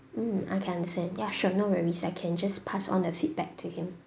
mm I can understand ya sure no worries I can just pass on the feedback to him